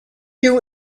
you